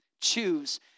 Choose